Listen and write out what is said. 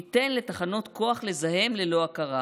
ניתן לתחנות כוח לזהם ללא הכרה,